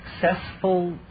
successful